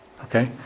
Okay